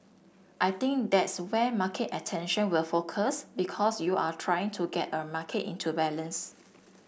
I think that's where market attention will focus because you're trying to get a market into balance